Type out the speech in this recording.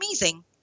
amazing